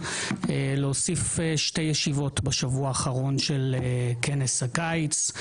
להוסיף שתי ישיבות בשבוע האחרון של כנס הקיץ.